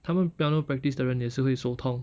他们 piano practice 的人也是会手痛